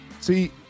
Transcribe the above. See